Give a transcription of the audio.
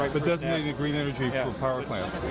like but designating green energy yeah for power plants.